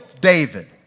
David